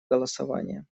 голосования